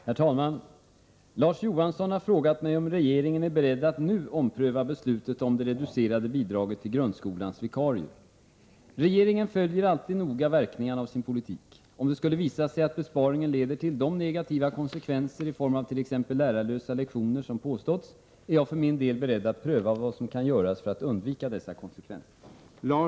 Herr talman! Larz Johansson har frågat mig om regeringen är beredd att nu ompröva beslutet om det reducerade bidraget till grundskolans vikarier. Regeringen följer alltid noga verkningarna av sin politik. Om det skulle visa sig att besparingen leder till de negativa konsekvenser i form av t.ex. lärarlösa lektioner som påståtts, är jag för min del beredd att pröva vad som kan göras för att undvika dessa konsekvenser.